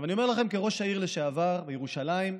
אני אומר לכם כראש העיר ירושלים לשעבר,